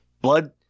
Blood